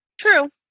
True